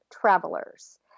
travelers